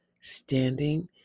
standing